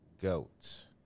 goat